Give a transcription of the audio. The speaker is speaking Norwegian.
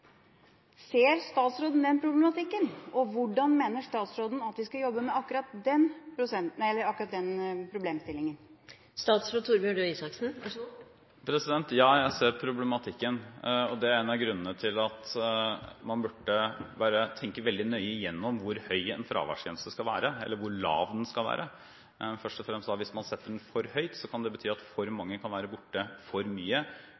Ser statsråden den problematikken? Og hvordan mener statsråden at vi skal jobbe med akkurat den problemstillingen? Jeg ser problematikken, og det er en av grunnene til at man bør tenke veldig nøye gjennom hvor høy en fraværsgrense skal være, eller hvor lav den skal være. Hvis man setter den for høyt, kan det bety at for mange kan være borte for mye